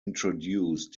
introduced